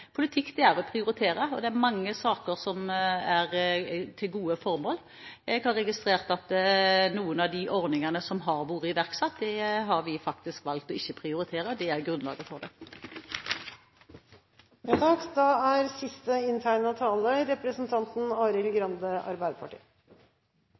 Politikk er å prioritere, og det er mange saker som har gode formål. Jeg har registrert at noen av de ordningene som har vært iverksatt, har vi faktisk valgt ikke å prioritere, og det er grunnlaget for det. Først: Jeg er